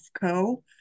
co